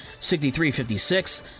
63-56